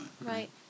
right